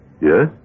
Yes